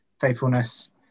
faithfulness